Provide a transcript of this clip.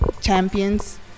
champions